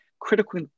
critical